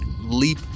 leap